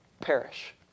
perish